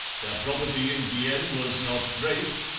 their property in guienne was not great,